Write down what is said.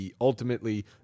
ultimately